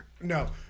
No